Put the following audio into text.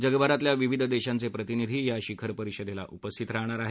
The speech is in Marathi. जगभरातल्या विविध देशांचे प्रतिनिधी या शिखर परिषदेला उपस्थित राहणार आहेत